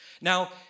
Now